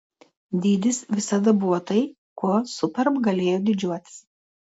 dydis visada buvo tai kuo superb galėjo didžiuotis